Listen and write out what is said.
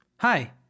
Hi